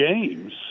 games